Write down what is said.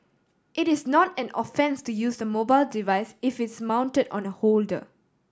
it is not an offence to use the mobile device if it's mounted on a holder